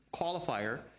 qualifier